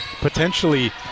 potentially